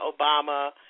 Obama